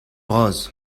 bras